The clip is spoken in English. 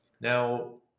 Now